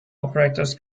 operators